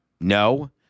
No